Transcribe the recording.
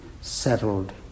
settled